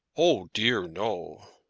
o dear, no,